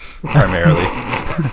Primarily